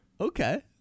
Okay